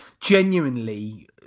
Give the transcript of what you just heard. genuinely